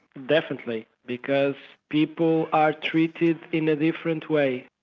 definitely, because people are treated in a different way.